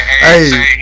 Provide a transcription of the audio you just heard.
Hey